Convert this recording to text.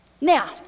Now